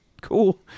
cool